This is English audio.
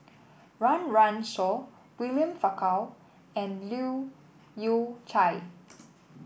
Run Run Shaw William Farquhar and Leu Yew Chye